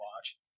watch